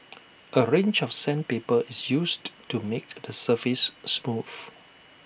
A range of sandpaper is used to make the surface smooth